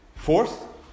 Fourth